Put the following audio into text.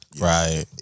Right